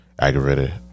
aggravated